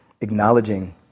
acknowledging